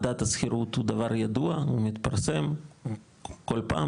מדד השכירות הוא דבר ידוע הוא מתפרסם כל פעם